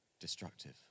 destructive